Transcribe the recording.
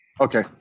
Okay